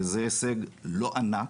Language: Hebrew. זה הישג לא ענק.